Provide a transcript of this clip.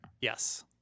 Yes